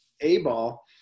A-ball